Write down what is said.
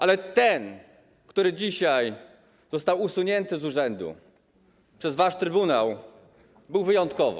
Ale ten, który dzisiaj został usunięty z urzędu przez wasz trybunał, był wyjątkowo.